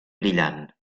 brillant